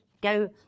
go